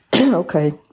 Okay